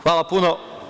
Hvala puno.